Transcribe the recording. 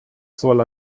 soll